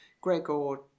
Gregor